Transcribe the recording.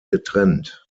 getrennt